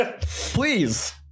please